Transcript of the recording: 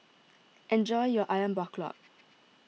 enjoy your Ayam Buah Keluak